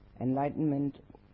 enlightenment